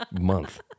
month